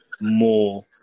more